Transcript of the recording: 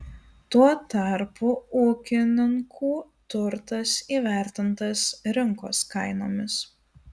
tuo tarpu ūkininkų turtas įvertintas rinkos kainomis